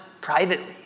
privately